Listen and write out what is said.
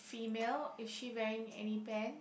female is she wearing any pant